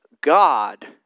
God